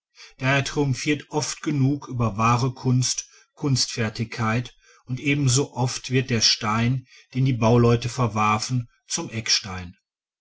daher triumphiert oft genug über wahre kunst kunstfertigkeit und ebenso oft wird der stein den die bauleute verwarfen zum eckstein